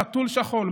"חתול שחור",